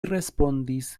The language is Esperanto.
respondis